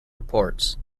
reports